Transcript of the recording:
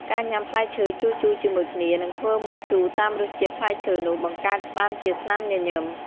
ការញ៉ាំផ្លែឈើជូរៗជាមួយគ្នា និងធ្វើមុខជូរតាមរសជាតិផ្លែឈើនោះ បង្កើតបានជាស្នាមញញឹម។